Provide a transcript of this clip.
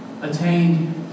attained